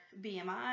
BMI